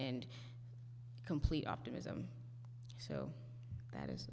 and complete optimism so that is